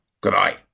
Goodbye